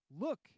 Look